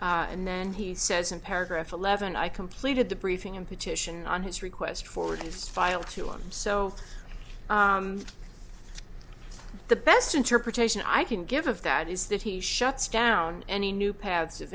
and then he says in paragraph eleven i completed the briefing and petition on his request for his file to him so the best interpretation i can give of that is that he shuts down any new pa